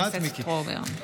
אתה מתנגד אוטומטית, מיקי?